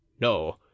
no